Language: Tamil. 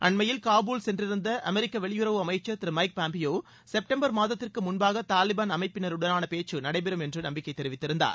அண்மையில் காபூல் சென்றிருந்த அமெரிக்க வெளியுறவு அமைச்சர் திரு மைக் பாம்ப்பியோ செப்டம்பர் மாதத்திற்கு முன்பாக தாலிபாள் அமைப்பினருடனான பேச்சு நடைபெறும் என்று நம்பிக்கை தெரிவித்திருந்தார்